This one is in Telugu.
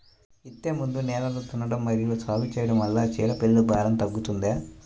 విత్తే ముందు నేలను దున్నడం మరియు సాగు చేయడం వల్ల చీడపీడల భారం తగ్గుతుందా?